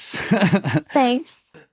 Thanks